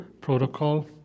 protocol